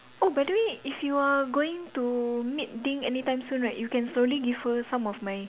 oh by the way if you are going to meet Ding anytime soon right you can slowly give her some of my